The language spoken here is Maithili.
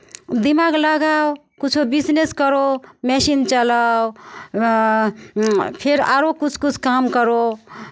दिमाग लगाओ किछो बिजनेस करो मेशीन चलाओ फेर आरो किछु किछु काम करो